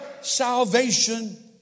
salvation